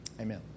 Amen